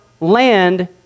land